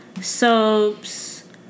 Soaps